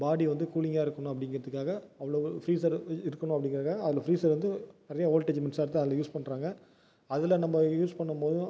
பாடி வந்து கூலிங்கா இருக்கணும் அப்படிங்கிறதுக்காக அவ்ளோவு ஃப்ரீஸ்ஸர் இரு இருக்கணும் அப்படிங்கிறதுக்காக அதில் ஃப்ரீஸ்ஸர் வந்து நெறைய வோல்டேஜ் மின்சாரத்தை அதில் யூஸ் பண்ணுறாங்க அதில் நம்ம யூஸ் பண்ணும் போதும்